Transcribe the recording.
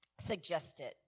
suggested